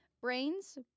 Brains